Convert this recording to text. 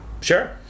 sure